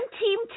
Team